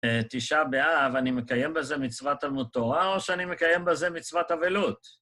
תשעה באב, אני מקיים בזה מצוות תלמוד תורה או שאני מקיים בזה מצוות אבלות?